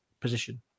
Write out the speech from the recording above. position